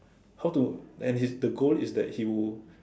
how to and if the goal is that he will